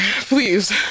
please